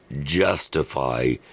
justify